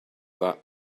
that